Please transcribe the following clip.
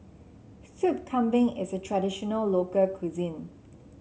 Sup Kambing is a traditional local cuisine